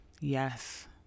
yes